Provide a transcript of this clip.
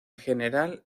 general